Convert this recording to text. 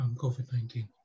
COVID-19